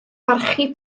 barchu